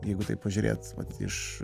jeigu taip pažiūrėt vat iš